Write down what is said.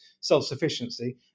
self-sufficiency